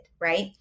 right